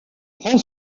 prend